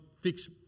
fix